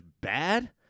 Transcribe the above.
bad